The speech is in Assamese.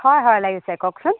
হয় হয় লাগিছে কওকচোন